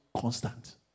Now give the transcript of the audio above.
constant